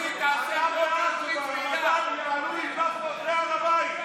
אתה בעד שברמדאן יעלו עם לאפות להר הבית.